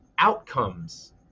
outcomes